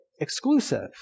exclusive